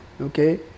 okay